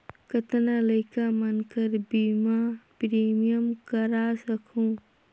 कतना लइका मन कर बीमा प्रीमियम करा सकहुं?